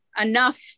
enough